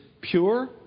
pure